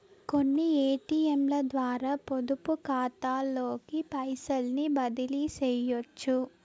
కొన్ని ఏటియంలద్వారా పొదుపుకాతాలోకి పైసల్ని బదిలీసెయ్యొచ్చు